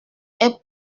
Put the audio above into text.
est